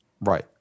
Right